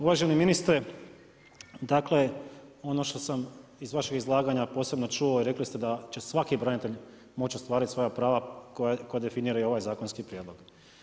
Uvaženi ministre, dakle, ono što sam iz vašeg izlaganja posebno čuo i rekli ste da će svaki branitelj moći ostvariti svoja prava koja definiraju ovaj zakonski prijedloga.